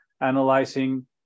analyzing